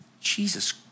Jesus